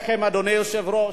לחם, אדוני היושב-ראש.